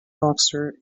boxer